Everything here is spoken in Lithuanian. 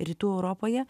rytų europoje